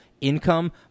income